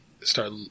start